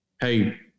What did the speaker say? hey